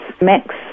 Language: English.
Max